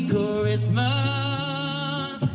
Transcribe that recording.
Christmas